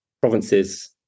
provinces